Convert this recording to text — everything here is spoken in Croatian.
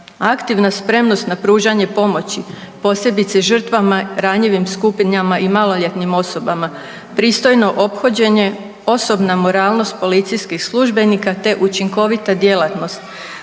aktivna spremnost na pružanje pomoći, posebice žrtvama, ranjivim skupinama i maloljetnim osobama, pristojno ophođenje, osobna moralnost policijskih službenika, te učinkovita djelatnost,